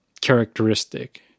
characteristic